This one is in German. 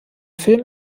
film